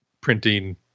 printing